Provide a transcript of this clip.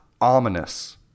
Ominous